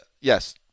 yes